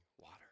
water